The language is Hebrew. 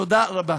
תודה רבה.